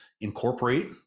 incorporate